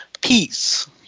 peace